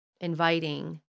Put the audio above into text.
inviting